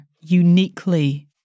uniquely